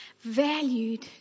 valued